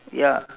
ya